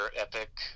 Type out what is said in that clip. epic